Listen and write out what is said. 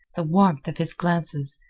the warmth of his glances,